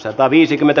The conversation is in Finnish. puhemies